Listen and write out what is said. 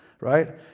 Right